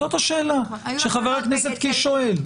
זאת השאלה שחבר הכנסת קיש שואל.